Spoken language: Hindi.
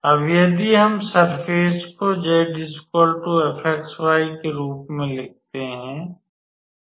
अब यदि हम सर्फ़ेस को 𝑧 𝑓𝑥𝑦 के रूप में लिखते हैं